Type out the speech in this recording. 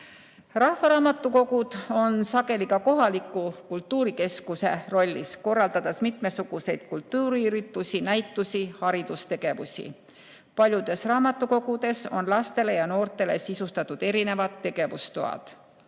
oskust. Rahvaraamatukogud on sageli ka kohaliku kultuurikeskuse rollis, korraldades mitmesuguseid kultuuriüritusi, näitusi, haridustegevusi. Paljudes raamatukogudes on lastele ja noortele sisustatud erinevad tegevustoad.